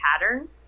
pattern